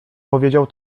powiedział